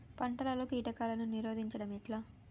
పంటలలో కీటకాలను నిరోధించడం ఎట్లా?